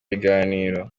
biganiro